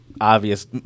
obvious